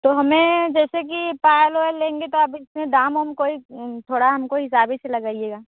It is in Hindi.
तो हमें जैसे कि पायल ओयल लेंगे तो आप इसमें दाम ओम कोई थोड़ा हमको हिसाब ही से लगाइएगा